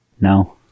No